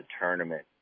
tournament